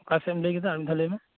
ᱚᱠᱟᱥᱮᱫ ᱮᱢ ᱞᱟᱹᱭ ᱠᱮᱫᱟ ᱟᱨ ᱢᱤᱫ ᱫᱷᱟᱣ ᱞᱟᱹᱭ ᱢᱮ